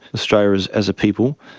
australia as as a people,